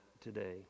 today